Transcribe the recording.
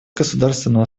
государственного